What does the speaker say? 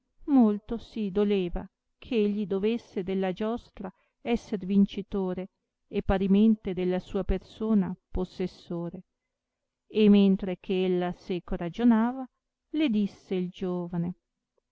molto si doleva che egli dovesse della giostra esser vincitore e parimente della sua persona possessore e mentre che ella seco ragionava le disse il giovane